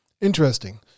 Interesting